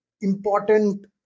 important